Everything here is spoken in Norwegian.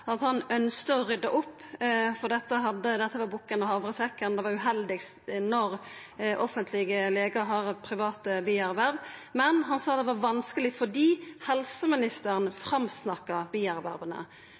at han ønskte å rydda opp, for dette var bukken og havresekken – det er uheldig når offentlege legar har private bierverv. Men han sa det var vanskeleg fordi helseministeren